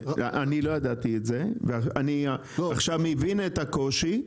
לא ידעתי את זה, עכשיו אני מבין את הקושי.